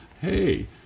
Hey